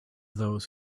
those